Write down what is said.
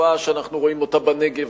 תופעה שאנחנו רואים אותה בנגב,